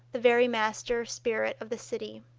the very master spirit of the city.